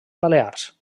balears